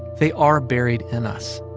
they are buried in us